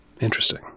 interesting